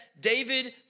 David